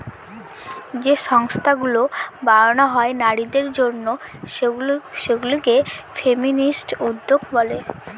যে সংস্থাগুলো বানানো হয় নারীদের জন্য সেগুলা কে ফেমিনিস্ট উদ্যোক্তা বলে